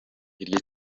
iryo